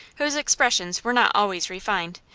whose expressions were not always refined.